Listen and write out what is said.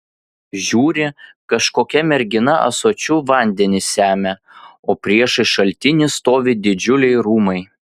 žiūri kažkokia mergina ąsočiu vandenį semia o priešais šaltinį stovi didžiuliai rūmai